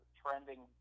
trending